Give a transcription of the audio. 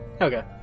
Okay